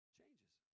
changes